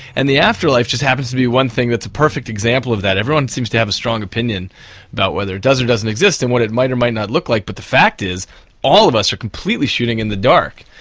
and the afterlife just happens to be one thing that's a perfect example of that. everyone seems to have a strong opinion about whether it does or doesn't exist and what it might or might not look like, but the fact is all of us are completely shooting in the dark.